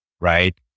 right